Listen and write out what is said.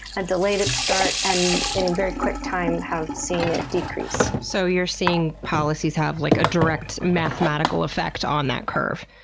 delayed its start, and in very quick time have seen it decrease. so, you're seeing that policies have like a direct mathematical effect on that curve?